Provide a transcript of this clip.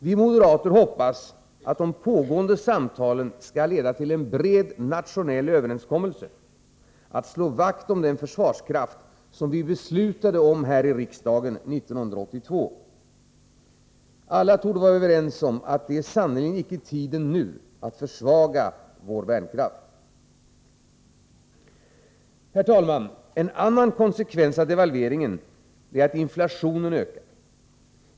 Vi moderater hoppas att de pågående samtalen skall leda till en bred nationell överenskommelse om att slå vakt om den försvarskraft som riksdagen beslutade om 1982. Alla torde vara överens om att detta sannerligen icke är tiden att försvaga vår värnkraft. Herr talman! En annan konsekvens av devalveringarna är att inflationen ökar.